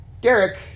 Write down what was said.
Derek